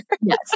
Yes